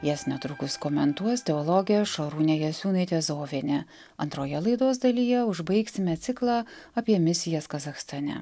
jas netrukus komentuos teologė šarūnė jasiūnaitė zovienė antroje laidos dalyje užbaigsime ciklą apie misijas kazachstane